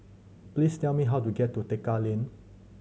please tell me how to get to Tekka Lane